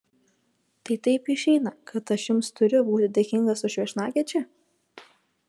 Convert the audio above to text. tai taip išeina kad aš jums turiu būti dėkingas už viešnagę čia